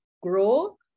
grow